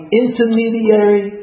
intermediary